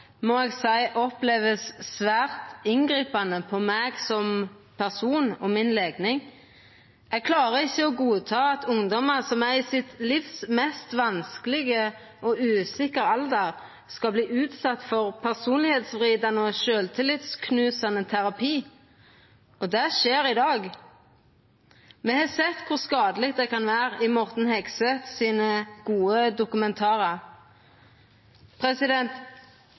seia eg opplever som svært inngripande for meg som person og legninga mi. Eg klarar ikkje å godta at ungdommar som er i den vanskelegaste og mest usikre alderen i livet sitt, skal verta utsette for personlegdomsvridande og sjølvtillitsknusande terapi. Det skjer i dag. Me har sett kor skadeleg det kan vera, i Morten Hegseths gode dokumentarar.